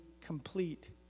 complete